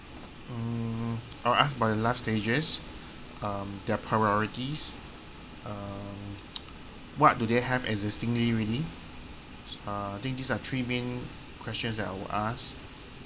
mm I'll ask about the life stages um their priorities uh what do they have existingly already uh I think these are three main questions that I would ask